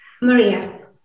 Maria